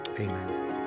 amen